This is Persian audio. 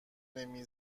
نمی